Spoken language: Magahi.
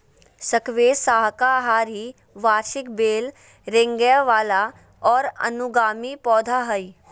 स्क्वैश साकाहारी वार्षिक बेल रेंगय वला और अनुगामी पौधा हइ